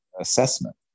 assessment